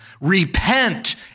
Repent